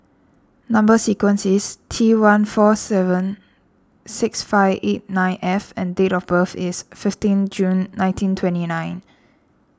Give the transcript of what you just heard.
Number Sequence is T one four seven six five eight nine F and date of birth is fifteen June nineteen twenty nine